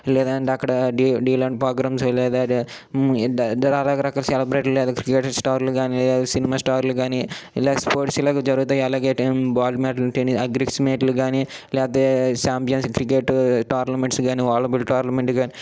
లేదంటే అక్కడ డీ డీలెన్త్ ప్రోగ్రామ్స్ లేదాఏదైతే ఇలా రకాల సెలబ్రిటీలు అలాగే క్రీడా స్టార్లు గాని లేదా సినిమా స్టార్లు గాని ఇలాగే స్పోర్ట్స్ ఇలానే జరుగుతాయి అలాగే బాల్ మెట్ టెన్నిస్ అగ్రిస్మెట్లు కానీ లేకపోతే ఛాంపియన్స్ క్రికెట్ టోర్నమెంట్స్ కానీ వాలి బాల్ టోర్నమెంట్ కానీ